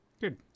Good